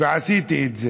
ועשיתי את זה.